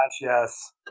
yes